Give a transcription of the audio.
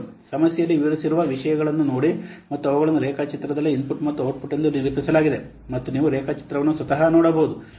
ಸಮಸ್ಯೆಯಲ್ಲಿ ವಿವರಿಸಿರುವ ವಿಷಯಗಳನ್ನು ನೋಡಿ ಮತ್ತು ಅವುಗಳನ್ನು ರೇಖಾಚಿತ್ರದಲ್ಲಿ ಇನ್ಪುಟ್ ಮತ್ತು ಔಟ್ಪುಟ್ ಎಂದು ನಿರೂಪಿಸಲಾಗಿದೆ ಮತ್ತು ನೀವು ರೇಖಾಚಿತ್ರವನ್ನು ಸ್ವತಃ ನೋಡಬಹುದು